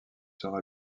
sera